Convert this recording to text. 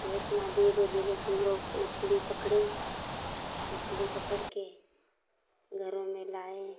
एहे एतना धीरे धीरे हम लोग मछली पकड़ें मछली पकड़ के घरों में लाएँ